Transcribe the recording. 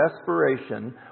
desperation